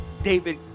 David